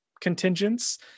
contingents